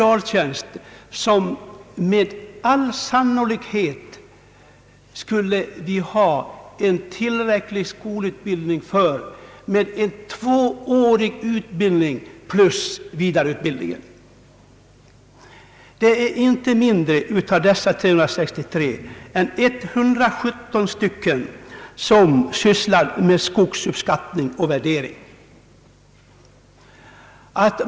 Av dessa 363 är det inte mindre än 117 som sysslar med skogsuppskattning och värdering.